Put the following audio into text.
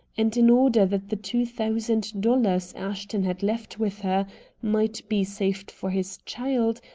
and in order that the two thousand dollars ashton had left with her might be saved for his child,